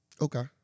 Okay